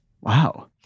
Wow